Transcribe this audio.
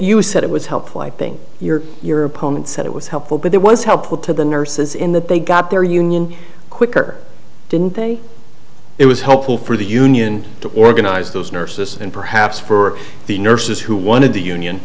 you said it was helpful i think your your opponent said it was helpful but that was helpful to the nurses in that they got their union quicker didn't they it was helpful for the union to organize those nurses and perhaps for the nurses who wanted the union